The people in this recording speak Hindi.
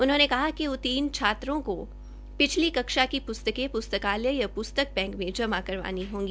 उन्होंने कहा कि उत्तीर्ण छात्रों को पिछली कक्षा की प्स्तके प्स्तकालय या प्स्तक बैंक में जमा करनी होगी